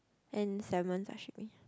and salmon sashimi